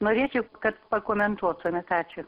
norėčiau kad pakomentuotumėt ačiū